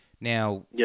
Now